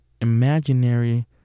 imaginary